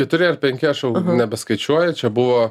keturi ar penki aš jau nebeskaičiuoju čia buvo